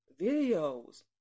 videos